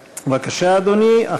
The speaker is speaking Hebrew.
בבקשה, אדוני.